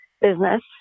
business